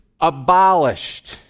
abolished